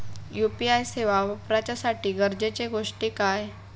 UPI सेवा वापराच्यासाठी गरजेचे गोष्टी काय?